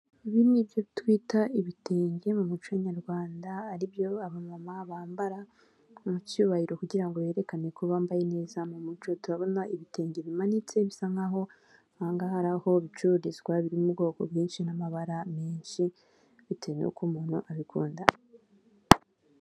Amafaranga y'amanyamahanga aya mafaranga ni ininote y'igihumbi yo muri Nijeriya iyo ushaka ko bayikuvunjira mu madorari baguha ahwanyije neza agaciro kayo.